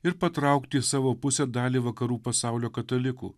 ir patraukti į savo pusę dalį vakarų pasaulio katalikų